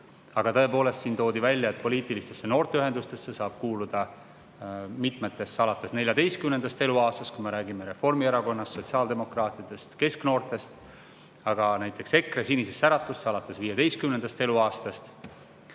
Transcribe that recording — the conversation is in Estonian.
Aga tõepoolest, siin toodi välja, et mitmetesse poliitilistesse noorteühendustesse saab kuuluda alates 14. eluaastast, kui me räägime Reformierakonnast, sotsiaaldemokraatidest, kesknoortest, aga näiteks EKRE Sinisesse Äratusse alates 15. eluaastast.